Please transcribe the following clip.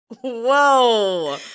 Whoa